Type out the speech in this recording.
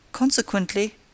Consequently